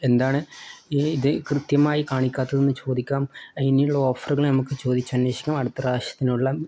എന്താണ് ഈ ഇത് കൃത്യമായി കാണിക്കാത്തത് എന്ന് ചോദിക്കാം അത് ഇനിയുള്ള ഓഫറുകൾ നമുക്ക് ചോദിച്ചന്വേഷിക്കണം അടുത്ത പ്രാവശ്യത്തിനുള്ള